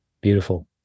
Beautiful